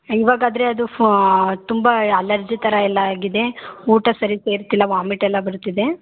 ಇವಾಗ ಆದರೆ ಅದು ಫ್ವಾ ತುಂಬ ಅಲರ್ಜಿ ಥರ ಎಲ್ಲ ಆಗಿದೆ ಊಟ ಸರಿ ಸೇರ್ತಿಲ್ಲ ವಾಮಿಟ್ ಎಲ್ಲ ಬರ್ತಿದೆ